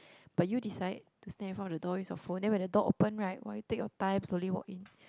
but you decide to stand in front of the door use your phone then when the door open right !wah! you take your time slowly walk in